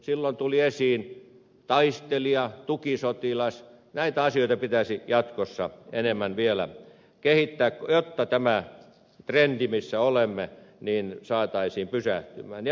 silloin tuli esiin taistelija tukisotilas näitä asioita pitäisi jatkossa enemmän vielä kehittää jotta tämä trendi missä olemme saataisiin pysähtymään